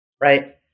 right